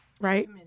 right